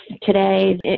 today